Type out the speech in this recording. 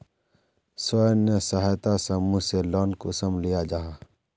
स्वयं सहायता समूह से लोन कुंसम लिया जाहा?